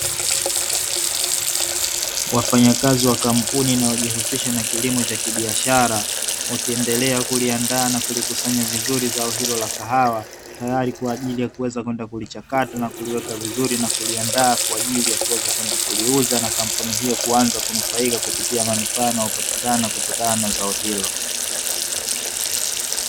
Wafanyakazi wa kampuni inayojihusisha na kilimo cha kibiashara Wakiendelea kuliandaa na kulikusanya vizuri zao hilo la kahawa tayari kwa ajili ya kuweza kwenda kuichakata na kuliweka vizuri na kuliandaa kwa ajili ya kuweza Kwanza kunufaika kupitia manufaa na upatikana kutokana na zao hilo.